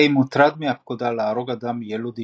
קיי, מוטרד מהפקודה להרוג אדם יילוד אישה,